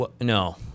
no